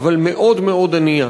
היא עיר גדולה אבל מאוד מאוד ענייה.